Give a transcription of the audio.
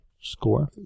score